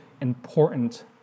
important